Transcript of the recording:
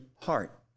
heart